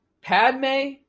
Padme